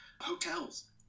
hotels